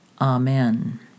Amen